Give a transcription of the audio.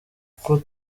kuko